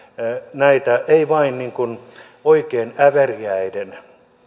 näitä ei vain oikein äveriäiden